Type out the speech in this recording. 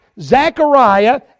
Zechariah